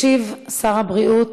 ישיב שר הבריאות